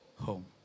home